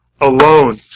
alone